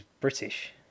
British